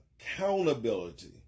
accountability